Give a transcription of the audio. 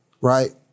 Right